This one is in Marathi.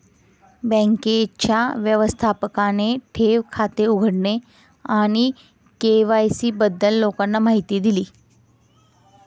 बँकेच्या व्यवस्थापकाने ठेव खाते उघडणे आणि के.वाय.सी बद्दल लोकांना माहिती दिली